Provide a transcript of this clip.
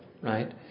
Right